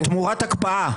תמורת הקפאה.